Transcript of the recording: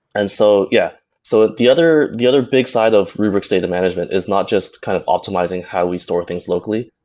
and so yeah so the other big the other big side of rubrik's data management is not just kind of optimizing how we store things locally,